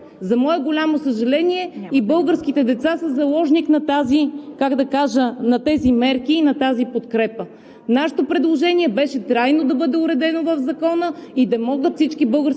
За мое голямо съжаление, и българските деца са заложник на тази, как да кажа, на тези мерки и на тази подкрепа. Нашето предложение беше трайно да бъде уредено в Закона. Да могат всички български